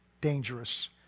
dangerous